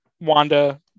wanda